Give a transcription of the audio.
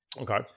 Okay